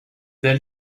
then